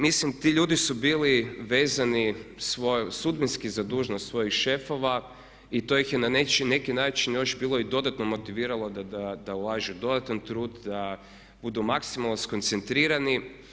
Mislim ti ljudi su bili vezani sudbinski za dužnost svojih šefova i to ih je na neki način još bilo i dodatno motiviralo da ulažu dodatan trud, da budu maksimalno skoncentrirani.